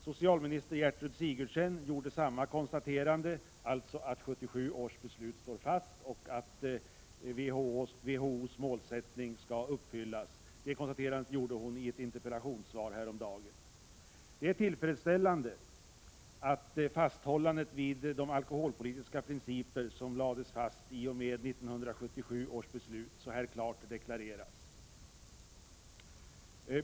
Socialminister Gertrud Sigurdsen gjorde samma konstaterande i ett interpellationssvar häromdagen, dvs. att 1977 års beslut står fast och att WHO:s målsättning skall uppfyllas. Det är tillfredsställande att fasthållandet vid de alkoholpolitiska principer som lades fast i och med 1977 års beslut så klart deklareras.